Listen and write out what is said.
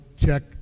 check